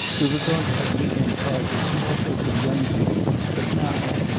we were going to have week-end parties, and all sorts of young people. but now!